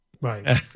Right